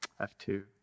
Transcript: F2